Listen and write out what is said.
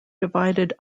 divided